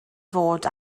fod